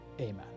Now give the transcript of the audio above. amen